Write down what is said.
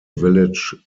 village